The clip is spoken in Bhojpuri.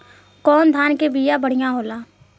कौन धान के बिया बढ़ियां होला?